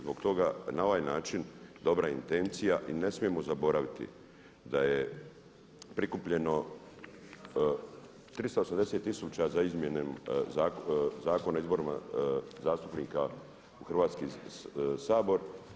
Zbog toga na ovaj način dobra intencija i ne smijemo zaboraviti da je prikupljeno 380 tisuća za izmjene Zakona o izborima zastupnika u Hrvatski sabor.